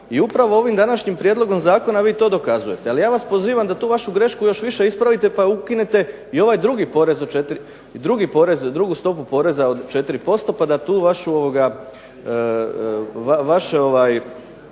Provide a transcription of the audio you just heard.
i upravo ovim današnjim prijedlogom zakona vi to dokazujete. Ali ja vas pozivam da tu vašu grešku još više ispravite pa ukinete i ovaj drugu stopu poreza od 4% pa da tu vaše